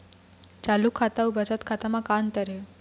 चालू खाता अउ बचत खाता म का अंतर हे?